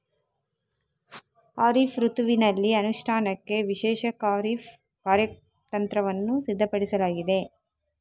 ಖಾರಿಫ್ ಋತುವಿನಲ್ಲಿ ಅನುಷ್ಠಾನಕ್ಕೆ ವಿಶೇಷ ಖಾರಿಫ್ ಕಾರ್ಯತಂತ್ರವನ್ನು ಸಿದ್ಧಪಡಿಸಲಾಗಿದೆ